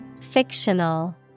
Fictional